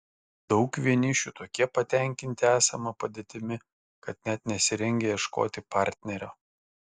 daug vienišių tokie patenkinti esama padėtimi kad net nesirengia ieškoti partnerio